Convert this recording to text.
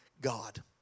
God